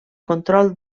control